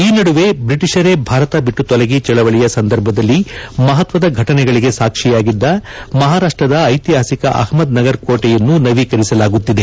ಈ ನಡುವೆ ಬ್ರಿಟಿಷರೇ ಭಾರತ ನಿಟ್ಟು ತೊಲಗಿ ಚಳವಳಿಯ ಸಂದರ್ಭದಲ್ಲಿ ಮಹತ್ಸದ ಘಟನೆಗಳಿಗೆ ಸಾಕ್ಷಿಯಾಗಿದ್ದ ಮಹಾರಾಷ್ಟದ ಐತಿಹಾಸಿಕ ಅಹಮದ್ ನಗರ್ ಕೋಟೆಯನ್ನು ನವೀಕರಿಸಲಾಗುತ್ತಿದೆ